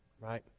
Right